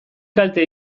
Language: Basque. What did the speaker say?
kalte